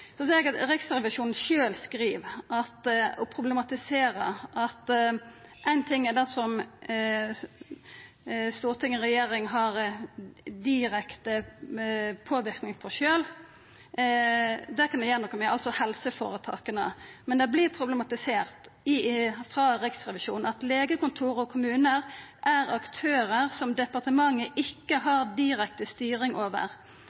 Så ser eg at Riksrevisjonen sjølv skriv at éin ting er det som storting og regjering har direkte påverknad på sjølve. Det, altså helseføretaka, kan vi gjera noko med. Men det vert problematisert frå Riksrevisjonen: «Legekontorer og kommuner er aktører som departementet ikke har direkte styring over.